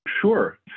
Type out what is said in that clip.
Sure